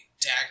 dagger